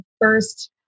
first